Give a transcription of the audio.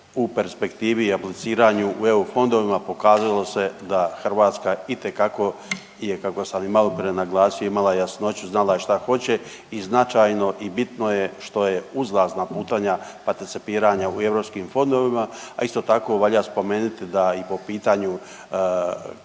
u perspektivi i apliciranju u EU fondovima, pokazalo se da Hrvatska itekako je, kako sam i maloprije naglasio, imala jasnoću, znala je šta hoće i značajno i bitno je što je izlazna putanja participiranja u EU fondovima, a isto tako valja spomenuti da i po pitanju kadrovske